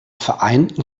vereinten